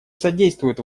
содействуют